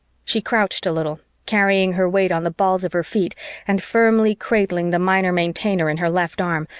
she crouched a little, carrying her weight on the balls of her feet and firmly cradling the minor maintainer in her left arm,